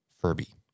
Furby